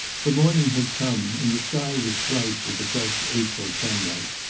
the morning had come, and the sky was bright with the fresh april sunlight.